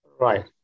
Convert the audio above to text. Right